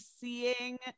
seeing